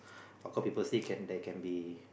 of course people say can there can be